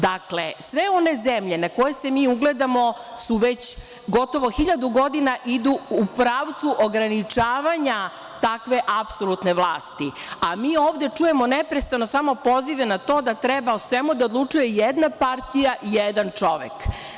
Dakle, sve one zemlje na koje se mi ugledamo su već gotovo hiljadu godina idu u pravcu ograničavanja takve apsolutne vlasti, a mi ovde čujemo neprestano samo pozive na to da treba o svemu da odlučuje jedna partija i jedan čovek.